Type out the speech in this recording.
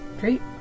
Great